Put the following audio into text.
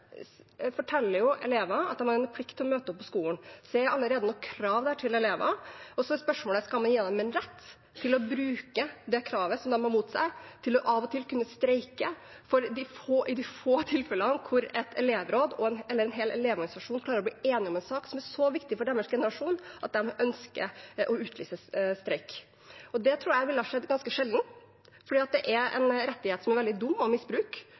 forteller elevene at de har en plikt til å møte opp på skolen. Så det er allerede noen krav der til elevene. Så er spørsmålet: Skal man gi dem en rett til å bruke det kravet de har mot seg, til av og til å kunne streike, i de få tilfellene der et elevråd eller en hel elevorganisasjon klarer å bli enige om en sak som er så viktig for deres generasjon at de ønsker å utlyse streik? Det tror jeg ville ha skjedd ganske sjelden, for det er en rettighet som det er veldig dumt å misbruke, og